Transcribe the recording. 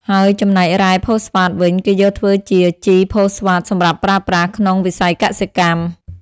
ហើយចំណែករ៉ែផូស្វាតវិញ គេយកធ្វើជាជីផូស្វាតសម្រាប់ប្រើប្រាស់ក្នុងវិស័យកសិកម្ម។